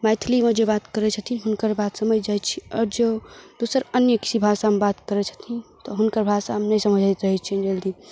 मैथलीमे जे बात करय छथिन हुनकर बात समझि जाइ छी आओर जँ दोसर अन्य किछु भाषामे बात करय छथिन तऽ हुनकर भाषा नहि समझैत रहय छियै जल्दी